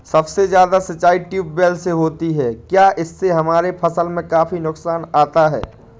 सबसे ज्यादा सिंचाई ट्यूबवेल से होती है क्या इससे हमारे फसल में काफी नुकसान आता है?